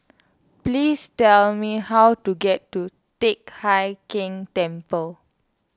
please tell me how to get to Teck Hai Keng Temple